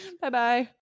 Bye-bye